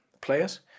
players